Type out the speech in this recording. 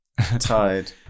tied